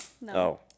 No